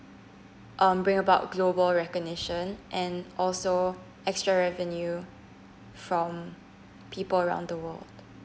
um bring about global recognition and also extra revenue from people around the world